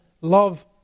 love